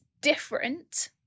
different